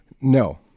No